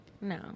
no